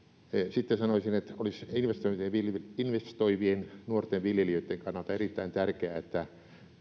sitten sanoisin että olisi investoivien investoivien nuorten viljelijöitten kannalta erittäin tärkeää että